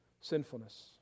sinfulness